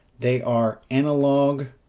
they are analog,